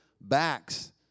backs